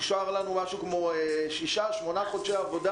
נשאר לנו משהו כמו שישה או שמונה חודשי עבודה.